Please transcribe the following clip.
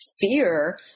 fear